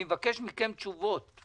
אני מבקש מכם תשובות.